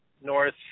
North